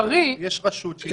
אנחנו נבחן את הדברים.